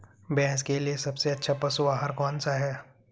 भैंस के लिए सबसे अच्छा पशु आहार कौनसा है?